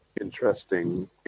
interesting